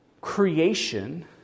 creation